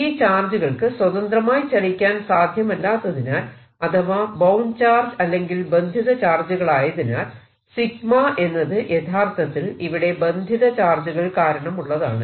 ഈ ചാർജുകൾക്ക് സ്വതന്ത്രമായി ചലിക്കാൻ സാധ്യമല്ലാത്തതിനാൽ അഥവാ ബൌണ്ട് ചാർജ് അല്ലെങ്കിൽ ബന്ധിത ചാർജുകളായതിനാൽ 𝜎 എന്നത് യഥാർത്ഥത്തിൽ ഇവിടെ ബന്ധിത ചാർജുകൾ കാരണമുള്ളതാണ്